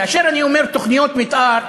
כאשר אני אומר "תוכניות מתאר",